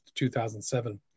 2007